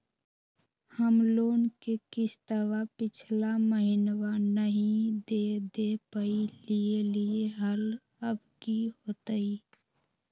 हम लोन के किस्तवा पिछला महिनवा नई दे दे पई लिए लिए हल, अब की होतई?